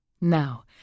Now